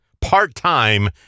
part-time